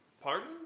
Pardon